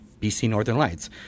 bcnorthernlights